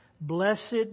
Blessed